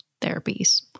therapies